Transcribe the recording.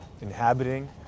inhabiting